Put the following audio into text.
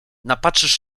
napatrzysz